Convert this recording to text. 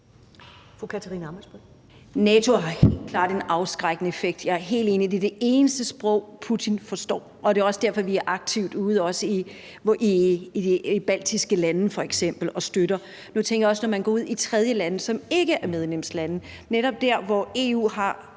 NATO har helt klart en afskrækkende effekt; jeg er helt enig. Det er det eneste sprog, Putin forstår, og det er også derfor, vi er aktivt ude i f.eks. de baltiske lande og støtter. Nu tænker jeg også på, når man går ud i tredjelande, som ikke er medlemslande, netop der, hvor EU har